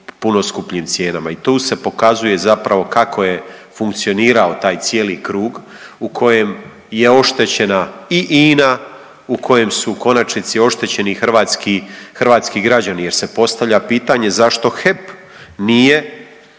puno skupljim cijenama. I tu se pokazuje zapravo kako je funkcionirao taj cijeli krug u kojem je oštećena i INA u kojem su u konačnici oštećeni hrvatski građani jer se postavlja pitanje zašto HEP nije